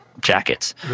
jackets